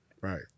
Right